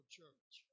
church